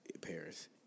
Paris